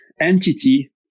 entity